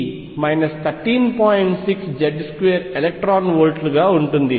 6Z2 electron వోల్ట్లుగా ఉంటుంది